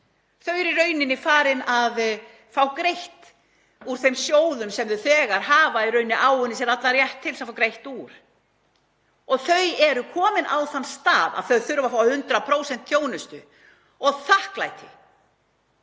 Þau eru í rauninni farin að fá greitt úr þeim sjóðum sem þau hafa þegar í rauninni áunnið sér allan rétt til þess að fá greitt úr, og þau eru komin á þann stað að þau þurfa að fá 100% þjónustu og þakklæti